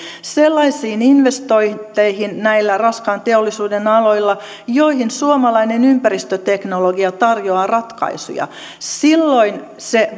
sellaisiin investointeihin näillä raskaan teollisuuden aloilla joihin suomalainen ympäristöteknologia tarjoaa ratkaisuja silloin se